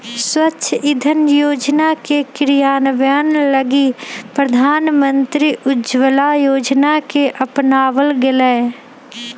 स्वच्छ इंधन योजना के क्रियान्वयन लगी प्रधानमंत्री उज्ज्वला योजना के अपनावल गैलय